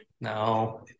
No